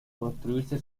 construirse